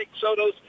Soto's